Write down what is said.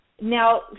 Now